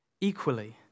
equally